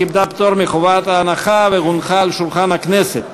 קיבלה פטור מחובת הנחה והונחה על שולחן הכנסת.